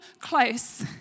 close